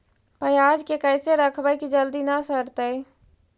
पयाज के कैसे रखबै कि जल्दी न सड़तै?